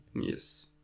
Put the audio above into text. yes